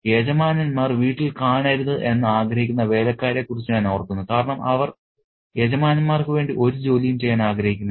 യജമാനന്മാർ വീട്ടിൽ കാണരുത് എന്ന് ആഗ്രഹിക്കുന്ന വേലക്കാരെ കുറിച്ച് ഞാൻ ഓർക്കുന്നു കാരണം അവർ യജമാനന്മാർക്ക് വേണ്ടി ഒരു ജോലിയും ചെയ്യാൻ ആഗ്രഹിക്കുന്നില്ല